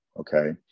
okay